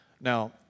Now